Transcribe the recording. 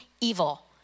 evil